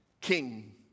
king